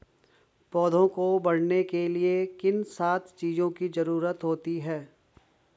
पौधों को बढ़ने के लिए किन सात चीजों की जरूरत होती है?